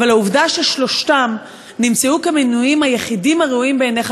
אבל העובדה ששלושתם נמצאו כמינויים היחידים הראויים בעיניך